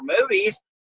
movies